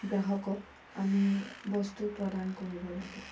গ্ৰাহকক আমি বস্তু প্ৰদান কৰিব লাগে